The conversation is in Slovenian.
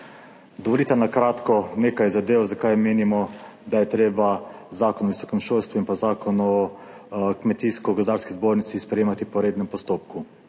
Dovolite na kratko nekaj zadev, zakaj menimo, da je treba zakon o visokem šolstvu in pa zakon o Kmetijsko gozdarski zbornici sprejemati po rednem postopku.